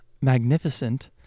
magnificent